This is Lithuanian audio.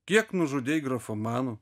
kiek nužudei grafomanų